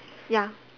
ya